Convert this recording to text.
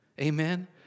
Amen